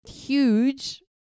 huge